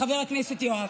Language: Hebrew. חבר הכנסת יואב,